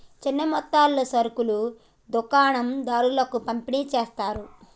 చిన్న మొత్తాలలో సరుకులు దుకాణం దారులకు పంపిణి చేస్తారు